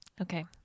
Okay